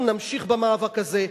אנחנו נמשיך במאבק הזה,